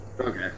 Okay